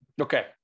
Okay